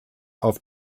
auf